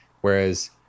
Whereas